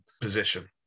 position